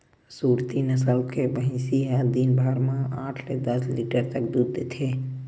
सुरती नसल के भइसी ह दिन भर म आठ ले दस लीटर तक दूद देथे